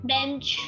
Bench